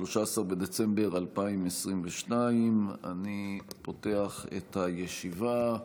13 בדצמבר 2022. אני פותח את הישיבה,